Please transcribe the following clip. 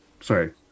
Sorry